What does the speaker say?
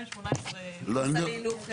וב-2018 היא נכנסה להילוך גבוה.